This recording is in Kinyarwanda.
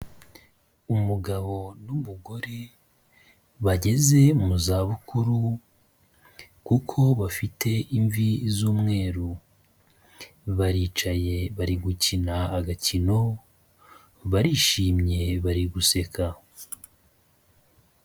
Umugabo n'umugore bageze mu zabukuru kuko bafite imvi z'umweru, baricaye bari gukina agakino barishimye bari guseka.